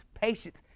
patience